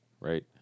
right